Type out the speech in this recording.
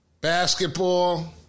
basketball